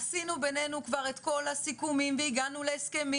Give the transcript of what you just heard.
עשינו בינינו כבר את כל הסיכומים והגענו להסכמים